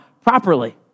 properly